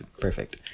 perfect